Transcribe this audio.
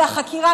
והחקירה,